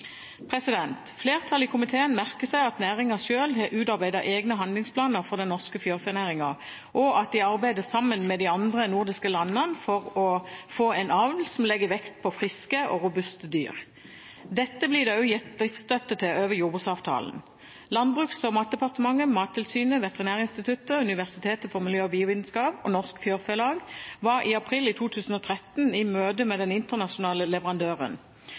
Flertallet i komiteen merker seg at næringen selv har utarbeidet egne handlingsplaner for den norske fjørfenæringen, og at den arbeider sammen med de andre nordiske landene for å få en avl som legger vekt på friske og robuste dyr. Dette blir det også gitt driftsstøtte til over jordbruksavtalen. Landbruks- og matdepartementet, Mattilsynet, Veterinærinstituttet, Norges miljø- og biovitenskapelige universitet og Norsk Fjørfelag var i april 2013 i møte med den internasjonale leverandøren.